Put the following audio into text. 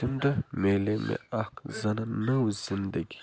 تَمہِ دۄہ میلے مےٚ اَکھ زَنن نٔو زِنٛدگی